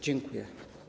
Dziękuję.